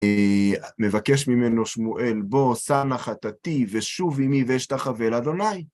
מבקש ממנו, שמואל, בוא, שָׂא נָא אֶת חַטָּאתִי וְשׁוּב עִמִּי וְאֶשְׁתַּחֲוֶה לה'